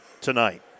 tonight